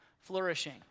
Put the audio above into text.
flourishing